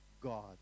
God